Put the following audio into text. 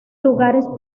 lugares